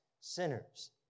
sinners